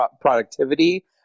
productivity